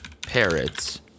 parrots